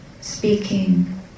speaking